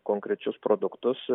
konkrečius produktus